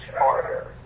harder